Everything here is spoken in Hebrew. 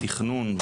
בתכנון,